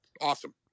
Awesome